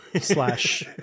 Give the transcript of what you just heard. slash